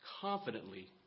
confidently